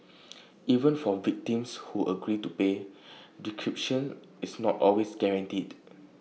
even for victims who agree to pay decryption is not always guaranteed